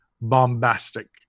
bombastic